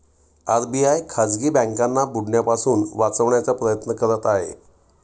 RBI खाजगी बँकांना बुडण्यापासून वाचवण्याचा प्रयत्न करत आहे